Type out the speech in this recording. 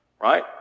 right